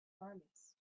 armies